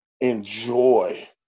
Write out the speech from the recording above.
enjoy